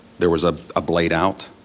there was a blade out?